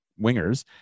wingers